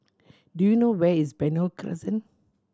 do you know where is Benoi Crescent